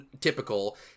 typical